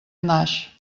naix